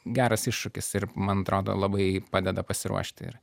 geras iššūkis ir man atrodo labai padeda pasiruošti ir